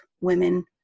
women